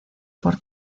por